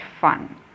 fun